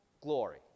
glory